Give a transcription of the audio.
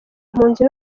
impunzi